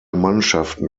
mannschaften